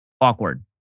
awkward